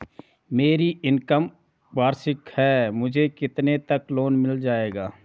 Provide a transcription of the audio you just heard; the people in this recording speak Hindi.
मेरी इनकम वार्षिक है मुझे कितने तक लोन मिल जाएगा?